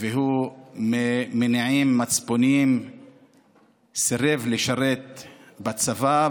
ממניעים מצפוניים הוא סירב לשרת בצבא.